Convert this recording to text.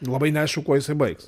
labai neaišku kuo jisai baigs